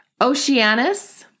Oceanus